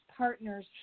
Partners